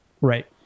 Right